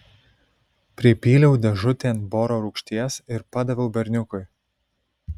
pripyliau dėžutėn boro rūgšties ir padaviau berniukui